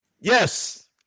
Yes